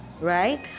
right